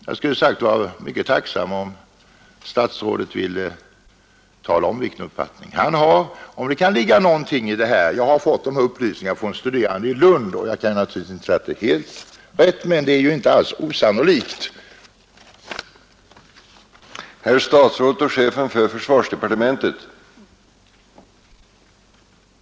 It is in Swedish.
Jag skulle som sagt vara mycket tacksam om statsrådet ville tala om vilken uppfattning han har — om det kan ligga någonting i vad jag nu har anfört. Jag har fått dessa upplysningar från studerande i Lund och jag kan naturligtvis inte säga att dessa upplysningar är helt riktiga, men det är inte alls osannolikt att de är det.